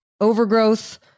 overgrowth